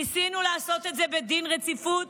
ניסינו לעשות את זה בדין רציפות,